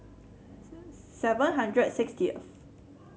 seven hundred sixty